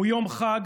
הוא יום חג